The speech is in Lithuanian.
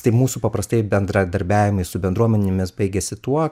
tai mūsų paprastai bendradarbiavimai su bendruomenėmis baigiasi tuo kad